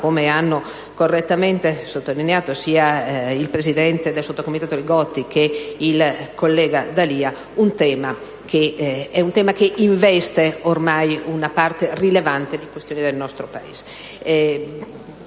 come hanno correttamente sottolineato sia il coordinatore del VI Comitato Li Gotti che il collega D'Alia, un tema che investe ormai una parte rilevante del nostro Paese. Credo,